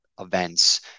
events